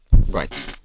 Right